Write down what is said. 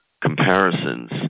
comparisons